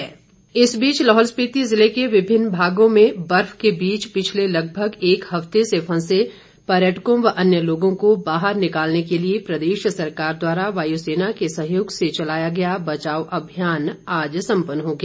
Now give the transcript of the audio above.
बचाव अभियान इस बीच लाहौल स्पिति जिले के विभिन्न भागों में बर्फ के बीच पिछले लगभग एक हफ्ते से फंसे पर्यटकों व अन्य लोगों को बाहर निकालने के लिए प्रदेश सरकार द्वारा वायु सेना के सहयोग से चलाया गया बचाव अभियान आज सम्पन्न हो गया